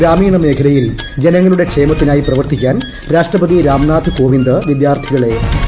ഗ്രാമീണ മേഖലയിൽ ജനങ്ങളുടെ ക്ഷേമത്തിനായി പ്രവർത്തിക്കാൻ രാഷ്ട്രപതി രാംനാഥ് കോവിന്ദ് വിദ്യാർത്ഥികളെ ആഹ്വാനം ചെയ്തു